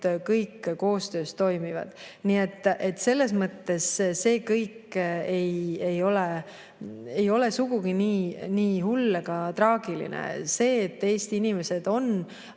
kõik toimib. Nii et selles mõttes see kõik ei ole sugugi nii hull ega traagiline. See, et Eesti inimesed on